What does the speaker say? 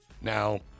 Now